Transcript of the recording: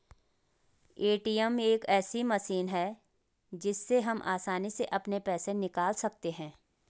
ATM एक ऐसी मशीन है जिससे हम आसानी से अपने पैसे निकाल सकते हैं